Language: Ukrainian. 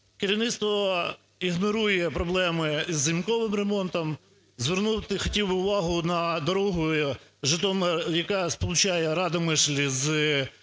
Керівництво ігнорує проблеми з ямковим ремонтом. Звернути хотів би увагу на дорогу, яка сполучає Радомишль